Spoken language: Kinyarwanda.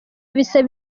bisaba